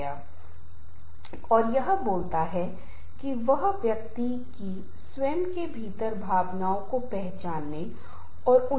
जैसा कि मैंने उल्लेख किया है कि यह बहुत संभव है कि कभी कभी विभिन्न कारणों से एक समूह में कुछ प्रकार के संघर्ष हो सकते हैं